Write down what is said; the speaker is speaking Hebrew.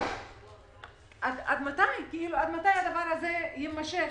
עד מתי הדבר הזה יימשך?